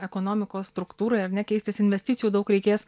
ekonomikos struktūrai ar ne keistis investicijų daug reikės